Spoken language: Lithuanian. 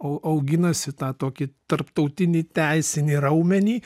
au auginasi tą tokį tarptautinį teisinį raumenį